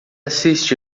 assiste